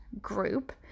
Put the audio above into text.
group